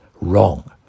wrong